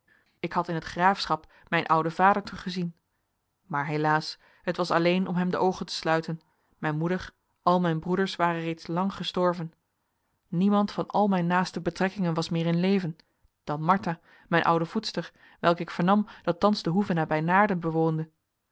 ik had in het graafschap mijn ouden vader teruggezien maar helaas het was alleen om hem de oogen te sluiten mijn moeder al mijn broeders waren reeds lang gestorven niemand van al mijn naaste betrekkingen was meer in leven dan martha mijn oude voedster welke ik vernam dat thans de hoeve nabij naarden bewoonde